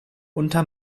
unter